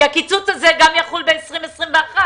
כי הקיצוץ הזה יחול גם ב-2021.